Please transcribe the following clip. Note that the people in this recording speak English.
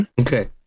Okay